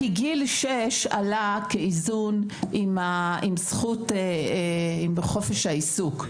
כי גיל 6 עלה כאיזון עם חופש העיסוק.